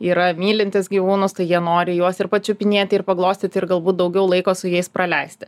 yra mylintys gyvūnus tai jie nori juos ir pačiupinėti ir paglostyti ir galbūt daugiau laiko su jais praleisti